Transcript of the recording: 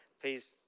Please